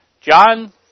John